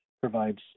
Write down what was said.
provides